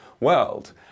world